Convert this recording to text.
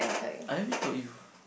I already told you